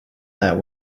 that